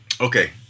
Okay